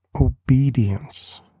obedience